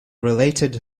related